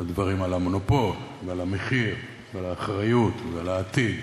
הדברים על המונופול ועל המחיר ועל האחריות ועל העתיד,